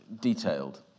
detailed